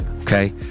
Okay